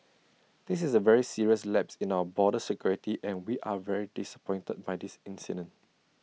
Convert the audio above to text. this is A very serious lapse in our border security and we are very disappointed by this incident